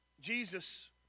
Jesus